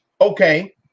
okay